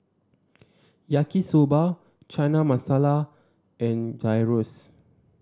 Yaki Soba Chana Masala and Gyros